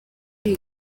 iyi